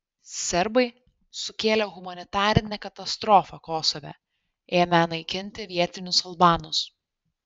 serbai sukėlė humanitarinę katastrofą kosove ėmę naikinti vietinius albanus